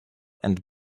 and